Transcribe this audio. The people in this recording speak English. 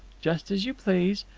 just as you please.